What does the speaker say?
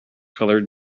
coloured